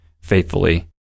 faithfully